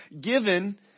given